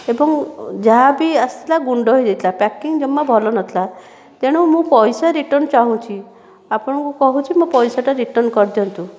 ଏବଂ ଯାହା ବି ଆସିଥିଲା ଗୁଣ୍ଡ ହୋଇ ଯାଇଥିଲା ପ୍ୟାକିଂ ଜମା ଭଲ ନଥିଲା ତେଣୁ ମୁଁ ପଇସା ରିଟର୍ଣ୍ଣ ଚାହୁଁଛି ଆପଣଙ୍କୁ କହୁଛି ମୋ ପଇସାଟା ରିଟର୍ଣ୍ଣ କରିଦିଅନ୍ତୁ